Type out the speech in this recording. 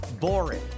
boring